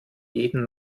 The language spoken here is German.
jeden